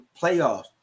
playoffs